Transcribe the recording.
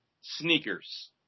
sneakers